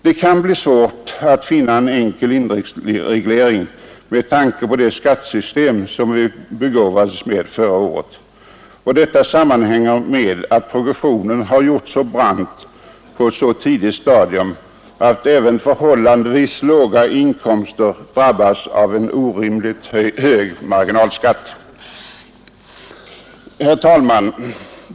Det kan bli svårt att finna en enkel indexreglering med tanke på det skattesystem som vi begåvades med förra året, och detta sammanhänger med att progressionen gjorts så brant på ett så tidigt stadium, att även förhållandevis låga inkomster drabbas av en orimligt hög marginalskatt. Herr talman!